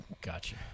Gotcha